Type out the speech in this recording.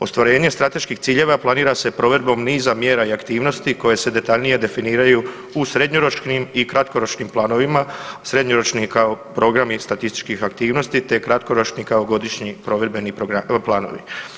Ostvarenje strateških ciljeva planira se provedbom niza mjera i aktivnosti koje se detaljnije definiraju u srednjoročnim i kratkoročnim planovima, srednjoročni kao programi statističkih aktivnosti te kratkoročni kao godišnji provedbe planovi.